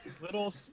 Little